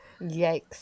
Yikes